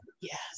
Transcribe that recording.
yes